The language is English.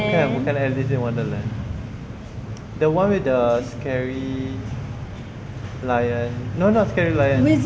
bukan bukan alice in wonderland the one with the scary lion no not scary lion